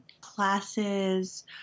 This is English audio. classes